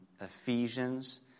Ephesians